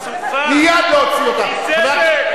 מייד להוציא אותה.